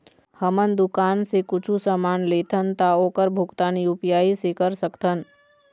हमन दुकान से कुछू समान लेथन ता ओकर भुगतान यू.पी.आई से कर सकथन?